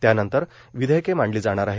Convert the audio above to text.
त्यानंतर विधेयके मांडली जाणार आहेत